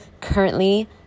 currently